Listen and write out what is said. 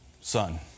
son